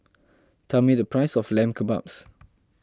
tell me the price of Lamb Kebabs